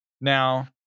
now